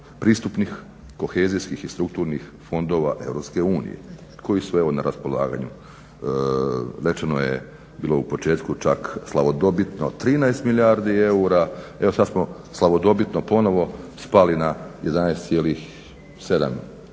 pristupnih kohezijskih i strukturnih fondova EU koji su evo na raspolaganju. Rečeno je bilo u početku čak slavodobitno 13 milijardi eura, evo sad smo slavodobitno ponovno spali na 11,7 milijardi